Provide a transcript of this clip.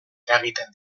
eragiten